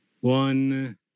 One